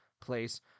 place